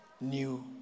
new